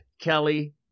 Kelly